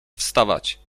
wstawać